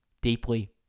deeply